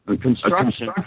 construction